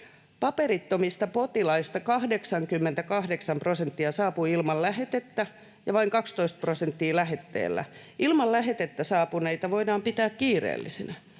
”paperittomista potilaista 88 prosenttia saapui ilman lähetettä ja vain 12 prosenttia lähetteellä”. ”Ilman lähetettä saapuneita voidaan pitää kiireellisinä.”